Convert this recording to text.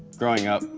growing up,